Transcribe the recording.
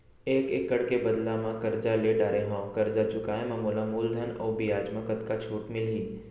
एक एक्कड़ के बदला म करजा ले डारे हव, करजा चुकाए म मोला मूलधन अऊ बियाज म कतका छूट मिलही?